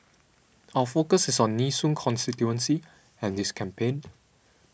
our focus is on Nee Soon constituency and this campaign